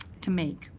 to make.